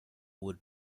would